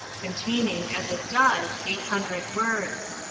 containing, as it does, eight hundred words